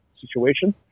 situation